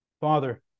Father